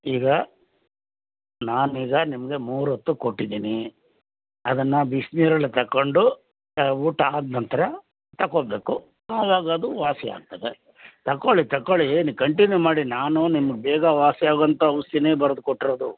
ಈಗ ನಾನು ಈಗ ನಿಮಗೆ ಮೂರು ಹೊತ್ತು ಕೊಟ್ಟಿದ್ದೀನಿ ಅದನ್ನು ಬಿಸ್ನೀರಲ್ಲಿ ತಗೊಂಡು ಊಟ ಆದ ನಂತರ ತಗೋಬೇಕು ಆವಾಗ ಅದು ವಾಸಿ ಆಗ್ತದೆ ತಗೊಳ್ಳಿ ತಗೊಳ್ಳಿ ನೀವು ಕಂಟಿನ್ಯೂ ಮಾಡಿ ನಾನು ನಿಮ್ಗೆ ಬೇಗ ವಾಸಿ ಆಗೋಂಥ ಔಷ್ಧಿನೇ ಬರ್ದು ಕೊಟ್ಟಿರೋದು